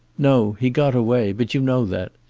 no. he got away but you know that.